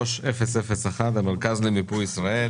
43-001, המרכז למיפוי ישראל.